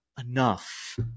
enough